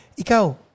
Ikao